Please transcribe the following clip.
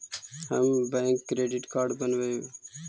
हम bank credit card बनैवो?